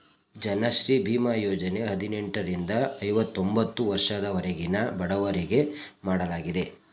ಜನಶ್ರೀ ಬೀಮಾ ಯೋಜನೆ ಹದಿನೆಂಟರಿಂದ ಐವತೊಂಬತ್ತು ವರ್ಷದವರೆಗಿನ ಬಡಜನರಿಗೆ ಮಾಡಲಾಗಿದೆ